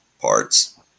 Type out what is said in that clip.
parts